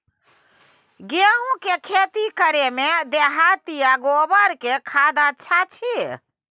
गेहूं के खेती करे में देहाती आ गोबर के खाद अच्छा छी?